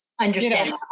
understand